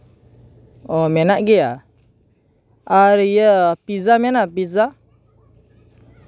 ᱚᱻ ᱢᱮᱱᱟᱜ ᱜᱮᱭᱟ ᱟᱨ ᱤᱭᱟᱹ ᱯᱤᱡᱽᱡᱟ ᱢᱮᱱᱟᱜᱼᱟ ᱯᱤᱡᱽᱡᱟ